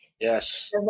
yes